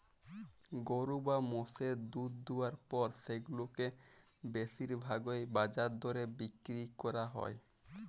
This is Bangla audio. গরু বা মোষের দুহুদ দুয়ালর পর সেগুলাকে বেশির ভাগই বাজার দরে বিক্কিরি ক্যরা হ্যয়